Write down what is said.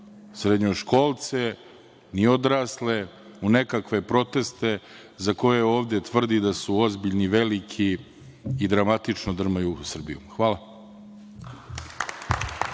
srednjoškolce, ni odrasle, u nekakve proteste za koje ovde tvrdi da su ozbiljni, veliki i dramatično drmaju Srbiju. Hvala.